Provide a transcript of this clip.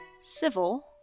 civil